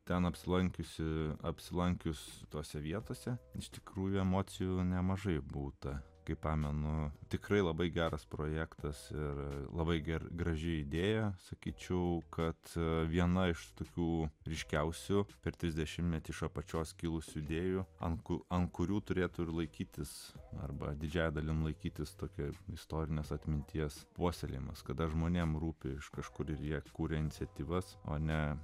ten apsilankiusi apsilankius tose vietose iš tikrųjų emocijų nemažai būta kai pamenu tikrai labai geras projektas ir labai gera graži idėja sakyčiau kad viena iš tokių ryškiausių per trisdešimtmetį iš apačios kilusių idėjų an ku ant kurių turėtų laikytis arba didžia dalim laikytis tokios istorinės atminties puoselėjimas kad žmonėms rūpi iš kažkur ir jie kuria iniciatyvas o ne